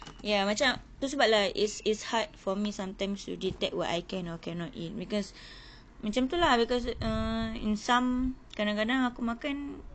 ya macam tu sebab lah is it's hard for me sometimes to detect what I can or cannot eat because macam tu lah because uh in some kadang-kadang aku makan